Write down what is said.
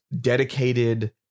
dedicated